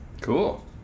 Cool